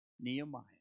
Nehemiah